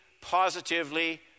positively